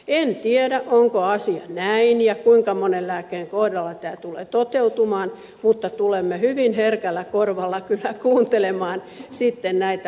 en tiedä onko asia näin ja kuinka monen lääkkeen kohdalla tämä tulee toteutumaan mutta tulemme hyvin herkällä korvalla kyllä kuuntelemaan sitten näitä lausuntoja